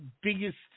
biggest